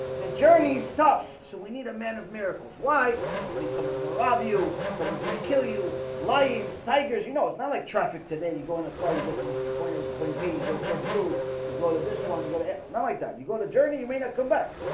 the journey is tough, so we need a man of miracles. why me someone's robbed you someone's gonna kill you lions tigers you know it's not like traffic today. you go in a car. you get to move from point a to the point b go jetblue you go to this one you go to not like that you go to journey you may not come back